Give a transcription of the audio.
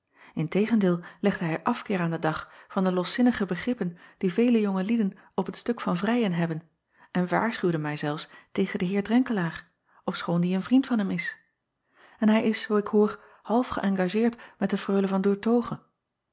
in tegendeel legde hij afkeer aan den dag van de loszinnige begrippen die vele jonge lieden op het stuk van vrijen hebben en waarschuwde mij zelfs tegen den eer renkelaer ofschoon die een vriend van hem is en hij is zoo ik hoor half geëngageerd met de reule